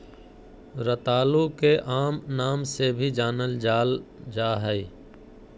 रतालू के आम नाम से भी जानल जाल जा हइ